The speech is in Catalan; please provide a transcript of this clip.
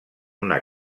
una